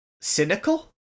cynical